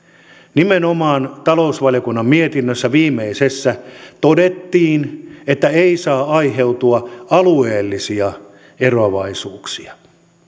nimenomaan talousvaliokunnan viimeisessä mietinnössä todettiin että ei saa aiheutua alueellisia eroavaisuuksia